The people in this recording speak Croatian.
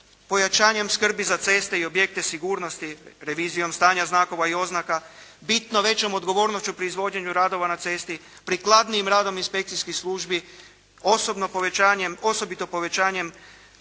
pojačanjem skrbi za ceste i objekte sigurnosti revizijom stanja znakova i oznaka, bitno većom odgovornošću pri izvođenju radova na cesti, prikladnijim radom inspekcijskih službi osobito povećanjem